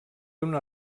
una